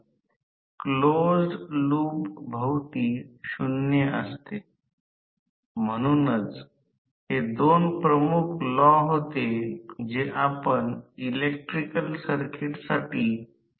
आणि सामान्यत आढळेल की हे एक 4 पोल मशीन आहे परंतु 3 चरणातील चुंबकीय क्षेत्र हे सिंक्रोनस वेग NS वर फिरते आहे जे सेफ्टी पिन 100 RMP आहे